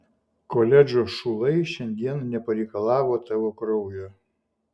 koledžo šulai šiandien nepareikalavo tavo kraujo